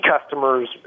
customers